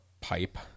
Pipe